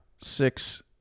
six